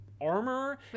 armor